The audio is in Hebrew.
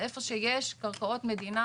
איפה שיש קרקעות מדינה,